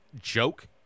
joke